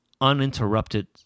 uninterrupted